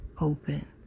open